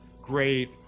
great